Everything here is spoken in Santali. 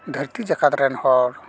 ᱫᱷᱟᱹᱨᱛᱤ ᱡᱟᱠᱛ ᱨᱮᱱ ᱦᱚᱲ